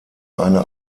eine